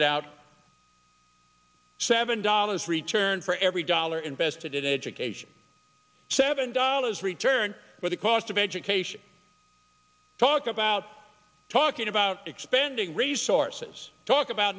pointed out seven dollars return for every dollar invested in education seven dollars return for the cost of education talk about talking about expanding resources talk about